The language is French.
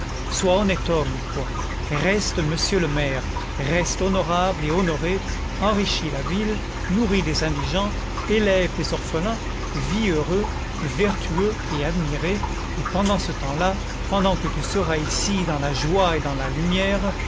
sois honnête homme toi reste monsieur le maire reste honorable et honoré enrichis la ville nourris des indigents élève des orphelins vis heureux vertueux et admiré et pendant ce temps-là pendant que tu seras ici dans la joie et dans la lumière